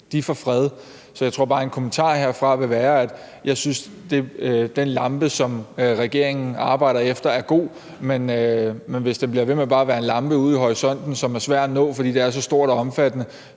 får fred. Så jeg tror bare, at en kommentar herfra skal være, at jeg synes, at den lampe, som regeringen arbejder efter, er god, men hvis den bliver ved med bare at være en lampe ude i horisonten, som er svær at nå, fordi det er så stort og omfattende,